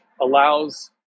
allows